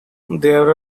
there